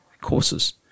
courses